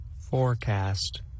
Forecast